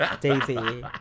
Daisy